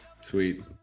Sweet